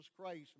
Christ